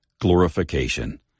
Glorification